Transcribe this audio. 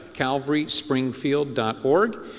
CalvarySpringfield.org